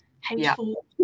hateful